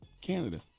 Canada